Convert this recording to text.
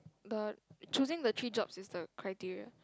but choosing the three jobs is the criteria